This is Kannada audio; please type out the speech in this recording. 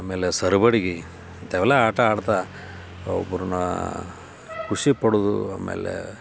ಆಮೇಲೆ ಸರಬಡ್ಗಿ ಇಂಥವೆಲ್ಲ ಆಟ ಆಡ್ತ ಒಬ್ರನ್ನ ಖುಷಿ ಪಡೋದು ಆಮೇಲೆ